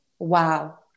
wow